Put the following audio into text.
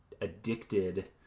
addicted